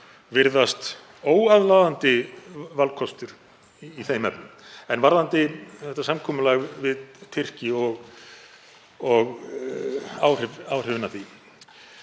virðast óaðlaðandi valkostur í þeim efnum. En varðandi þetta samkomulag við Tyrki og áhrifin af því